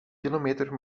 kilometer